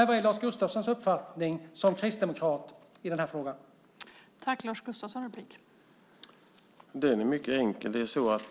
Vad är Lars Gustafssons uppfattning som kristdemokrat i denna fråga?